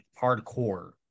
hardcore